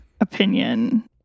opinion